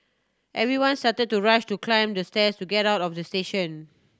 everyone started to rush to climb the stairs to get out of the station